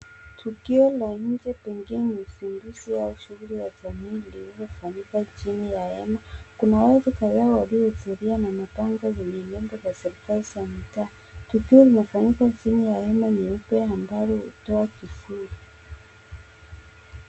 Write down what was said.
Tukio la nje labda ni usingizi au shughuli ya jamii inayofanyika chini ya hema. Kuna watu kadhaa waliojudhuria matangazo za vyombo vya serikali za mitaa. Tukio linafanyika chini ya hema nyeupe ambalo hutoa kivuli.